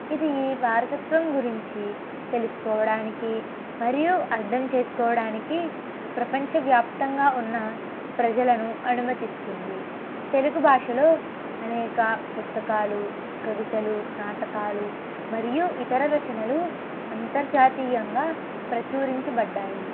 ఇది ఈ వారసత్వం గురించి తెలుసుకోవడానికి మరియు అర్ధం చేసుకోవడానికి ప్రపంచ వ్యాప్తంగా ఉన్న ప్రజలను అనుమతిస్తుంది తెలుగు భాషలో అనేక పుస్తకాలు కవితలు నాటకాలు మరియు ఇతర రచనలు అంతర్జాతీయంగా ప్రచురించబడ్డాయి